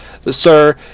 sir